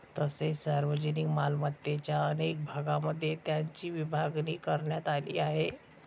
तसेच सार्वजनिक मालमत्तेच्या अनेक भागांमध्ये त्याची विभागणी करण्यात आली आहे